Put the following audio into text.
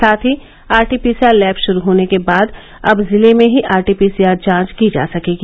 साथ ही RTPCR lab शुरू होने के बाद अब जिले में ही आरटीपीसीआर जांच की जा सकेगी